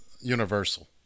universal